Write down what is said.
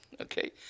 Okay